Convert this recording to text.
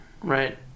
Right